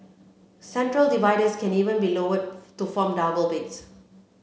central dividers can even be lowered to form double beds